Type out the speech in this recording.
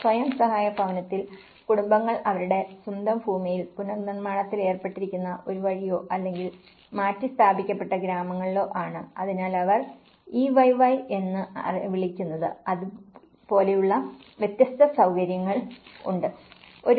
സ്വയം സഹായ ഭവനത്തിൽ കുടുംബങ്ങൾ അവരുടെ സ്വന്തം ഭൂമിയിൽ പുനർനിർമ്മാണത്തിൽ ഏർപ്പെട്ടിരിക്കുന്ന ഒരു വഴിയോ അല്ലെങ്കിൽ മാറ്റിസ്ഥാപിക്കപ്പെട്ട ഗ്രാമങ്ങളിലോ ആണ് അതിനാൽ അവർ EYY എന്ന് വിളിക്കുന്നത് പോലെയുള്ള വ്യത്യസ്ത സൌകര്യങ്ങളുണ്ട് കൂടാതെ ഇത് ഒരു തരത്തിലുള്ള വായ്പാ സൌകര്യവുമാണ്